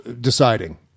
deciding